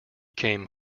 came